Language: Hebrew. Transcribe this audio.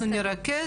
ואנחנו נרכז.